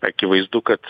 akivaizdu kad